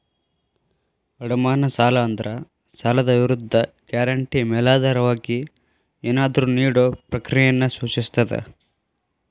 ಅಡಮಾನ ಸಾಲ ಅಂದ್ರ ಸಾಲದ್ ವಿರುದ್ಧ ಗ್ಯಾರಂಟಿ ಮೇಲಾಧಾರವಾಗಿ ಏನಾದ್ರೂ ನೇಡೊ ಪ್ರಕ್ರಿಯೆಯನ್ನ ಸೂಚಿಸ್ತದ